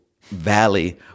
valley